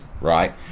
right